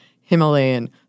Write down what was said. Himalayan